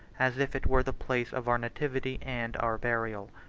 as if it were the place of our nativity and our burial.